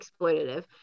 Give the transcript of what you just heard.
exploitative